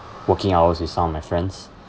working hours with some of my friends